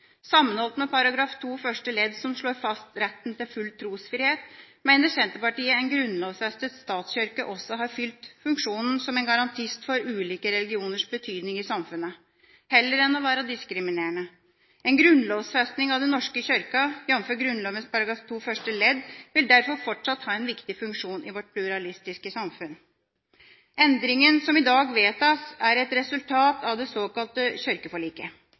Sammenholdt med § 2 første ledd som slår fast retten til full trosfrihet, mener Senterpartiet en grunnlovfestet statskirke også har fylt funksjonen som en garantist for ulike religioners betydning i samfunnet – heller enn å være diskriminerende. En grunnlovsfesting av Den norske kirke, jf. Grunnloven § 2 første ledd, vil derfor fortsatt ha en viktig funksjon i vårt pluralistiske samfunn. Endringa som i dag vedtas, er et resultat av det såkalte